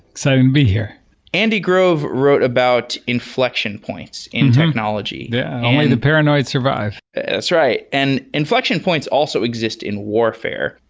so be here andy grove wrote about inflection points in technology yeah, only the paranoid survive that's right. and inflection points also exist in warfare.